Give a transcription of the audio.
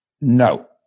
No